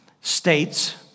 States